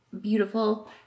beautiful